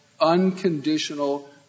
unconditional